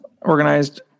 organized